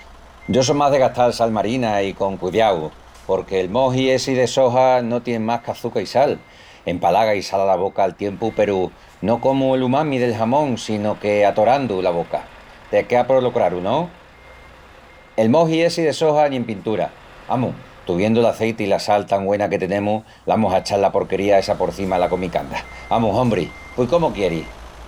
Yo só más de gastal sal marina i con cudiau. Porque'l moji essi de soja no tien más qu'açuca i sal. Empalaga i sala la boca al tiempu peru no como l'umami del jamón sino que atorandu la boca. Te quea polo craru, no? El moji essi de soja ni en pintura. Amus, tuviendu l'azeiti i la sal tan güena que tenemus l'amus a echal la porquería essa porcima ala comicanda. Amus, ombri, pui cómu quieris?